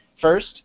first